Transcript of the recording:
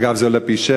אגב, זה עולה פי-שבעה.